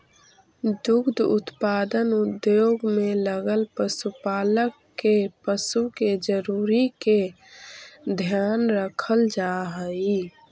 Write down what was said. दुग्ध उत्पादन उद्योग में लगल पशुपालक के पशु के जरूरी के ध्यान रखल जा हई